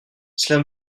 cela